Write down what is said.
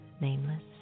nameless